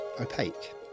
opaque